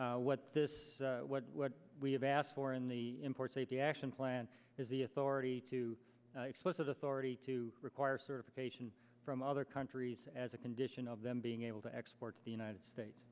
e what this what we have asked for in the import safety action plan has the authority to explicit authority to require certification from other countries as a condition of them being able to export to the united states